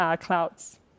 clouds